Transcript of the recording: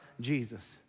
Jesus